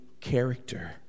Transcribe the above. character